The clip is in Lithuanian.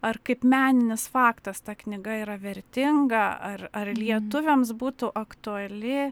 ar kaip meninis faktas ta knyga yra vertinga ar ar lietuviams būtų aktuali